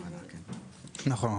נכון,